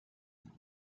much